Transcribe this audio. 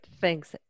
Thanks